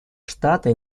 штаты